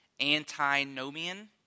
Antinomian